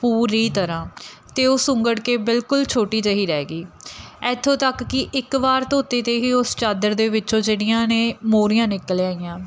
ਪੂਰੀ ਤਰ੍ਹਾਂ ਅਤੇ ਉਹ ਸੁੰਗੜ ਕੇ ਬਿਲਕੁਲ ਛੋਟੀ ਜਿਹੀ ਰਹਿ ਗਈ ਇੱਥੋਂ ਤੱਕ ਕਿ ਇੱਕ ਵਾਰ ਧੋਤੇ 'ਤੇ ਹੀ ਉਸ ਚਾਦਰ ਦੇ ਵਿੱਚੋਂ ਜਿਹੜੀਆਂ ਨੇ ਮੋਰੀਆਂ ਨਿਕਲ ਆਈਆਂ